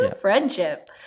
friendship